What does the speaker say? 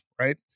right